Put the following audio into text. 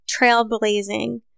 trailblazing